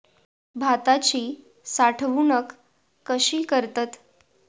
भाताची साठवूनक कशी करतत?